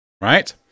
Right